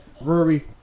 Rory